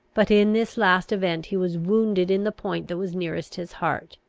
but in this last event he was wounded in the point that was nearest his heart.